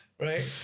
Right